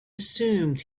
assumed